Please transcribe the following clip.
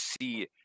see